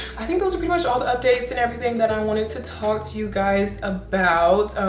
i think those are pretty much all the updates and everything that i wanted to talk to you guys about.